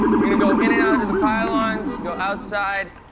you're gonna go in and out of the pylons, go outside,